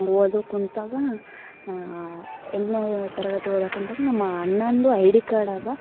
ಓದುಕ್ಕೆ ಕುಂತಾಗ ಎಂಟನೇ ತರಗತಿ ಓದಾಕೆ ಕುಂತಾಗ ನಮ್ಮ ಅಣ್ಣಂದು ಐಡಿ ಕಾರ್ಡಾಗ